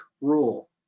rule